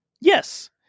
Yes